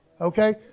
Okay